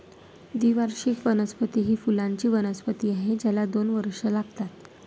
द्विवार्षिक वनस्पती ही फुलांची वनस्पती आहे ज्याला दोन वर्षे लागतात